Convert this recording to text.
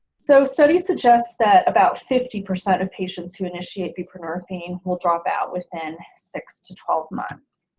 so studies suggests that about fifty percent of patients who initiate buprenorphine will drop out within six to twelve months